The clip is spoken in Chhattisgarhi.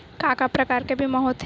का का प्रकार के बीमा होथे?